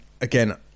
again